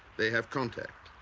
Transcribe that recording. they have contact.